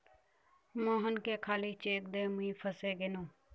मोहनके खाली चेक दे मुई फसे गेनू